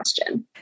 question